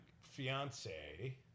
fiance